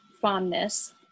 fondness